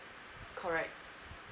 correct